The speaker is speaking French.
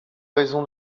raison